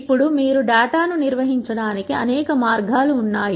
ఇప్పుడు మీరు డేటా ను నిర్వహించడానికి అనేక మార్గాలు ఉన్నాయి